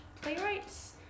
playwrights